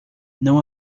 não